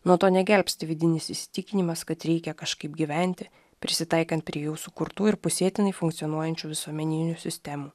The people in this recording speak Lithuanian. nuo to negelbsti vidinis įsitikinimas kad reikia kažkaip gyventi prisitaikant prie jų sukurtų ir pusėtinai funkcionuojančių visuomeninių sistemų